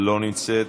לא נמצאת,